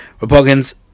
Republicans